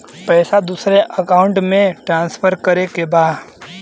पैसा दूसरे अकाउंट में ट्रांसफर करें के बा?